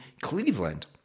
Cleveland